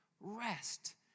rest